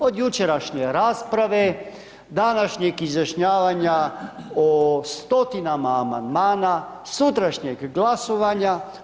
Od jučerašnje rasprave, današnjeg izjašnjavanja o stotinama amandmana, sutrašnjeg glasovanja.